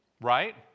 Right